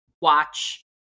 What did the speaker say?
watch